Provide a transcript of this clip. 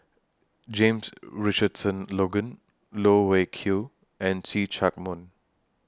James Richardson Logan Loh Wai Kiew and See Chak Mun